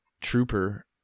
trooper